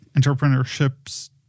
entrepreneurships